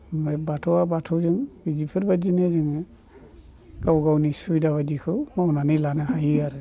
ओमफ्राय बाथौआ बाथौजों इफोरबायदिनो जोङो गाव गावनि सुबिदा बायदिखौ मावनानै लानो हायो आरो